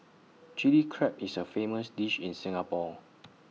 Chilli Crab is A famous dish in Singapore